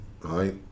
right